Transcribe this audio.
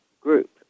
group